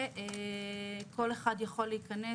וכל אחד יוכל להיכנס,